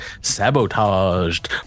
sabotaged